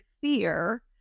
fear